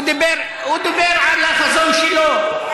הוא דיבר על החזון שלו.